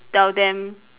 tell them